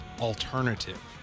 alternative